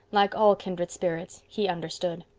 like all kindred spirits he understood.